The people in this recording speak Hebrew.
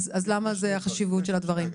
אז למה החשיבות של הדברים?